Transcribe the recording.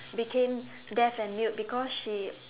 became deaf and mute because she